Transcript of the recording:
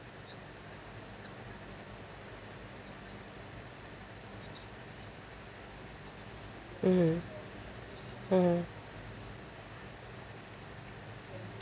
mmhmm mmhmm